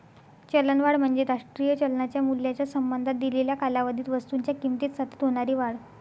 चलनवाढ म्हणजे राष्ट्रीय चलनाच्या मूल्याच्या संबंधात दिलेल्या कालावधीत वस्तूंच्या किमतीत सतत होणारी वाढ